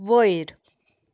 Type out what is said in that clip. वयर